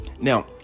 Now